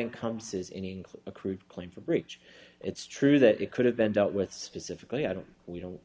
income says any include accrued claim for breach it's true that it could have been dealt with specifically i don't we don't